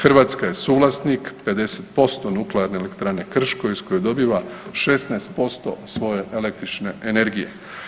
Hrvatska je suvlasnik 50% nuklearne elektrane Krško iz kojeg dobiva 16% svoje električne energije.